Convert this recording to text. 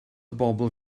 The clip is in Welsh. bobl